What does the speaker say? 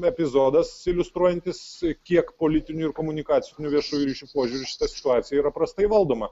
epizodas iliustruojantis kiek politinių ir komunikacinių viešųjų ryšių požiūriu šita situacija yra prastai valdoma